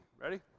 Ready